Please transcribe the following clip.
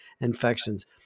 Infections